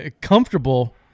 comfortable